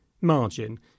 margin